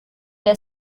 der